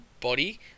body